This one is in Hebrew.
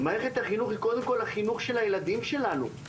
מערכת החינוך היא קודם כל החינוך של הילדים שלנו,